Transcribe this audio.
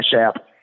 App